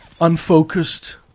unfocused